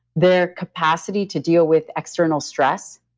their capacity to deal with external stress,